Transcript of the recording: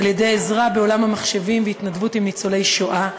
על-ידי עזרה בעולם המחשבים והתנדבות עם ניצולי שואה,